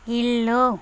ఇల్లు